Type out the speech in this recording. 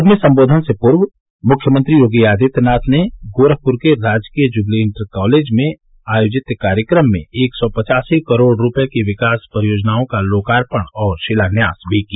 अपने संबोधन से पूर्व मुख्यमंत्री योगी आदित्यनाथ ने गोरखपुर के राजकीय जुबली इंटर कालेज में आयोजित कार्यक्रम में एक सौ पचासी करोड़ रूपये की विकास परियोजनाओं का लोकार्पण और शिलान्यास भी किया